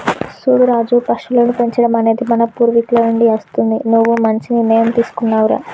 సూడు రాజు పశువులను పెంచడం అనేది మన పూర్వీకుల నుండి అస్తుంది నువ్వు మంచి నిర్ణయం తీసుకున్నావ్ రా